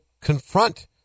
confront